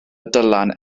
dylan